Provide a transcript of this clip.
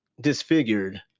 disfigured